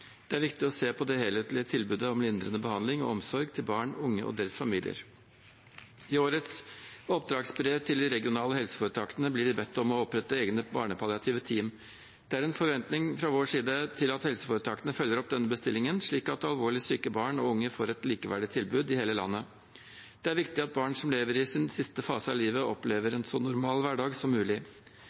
Det er viktig å se på det helhetlige tilbudet om lindrende behandling og omsorg til barn, unge og deres familier. I årets oppdragsbrev til de regionale helseforetakene blir de bedt om å opprette egne barnepalliative team. Det er en forventning fra vår side til at helseforetakene følger opp denne bestillingen, slik at alvorlig syke barn og unge i hele landet får et likeverdig tilbud. Det er viktig at barn som lever i sin siste fase av livet, opplever en så normal hverdag som mulig.